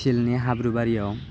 फिल्डनि हाब्रुबारियाव